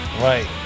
Right